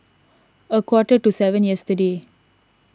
a quarter to seven yesterday